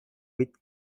with